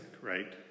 right